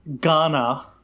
ghana